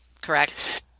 correct